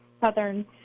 southern